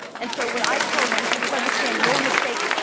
and so what i tell you to do is understand your mistakes,